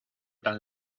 tan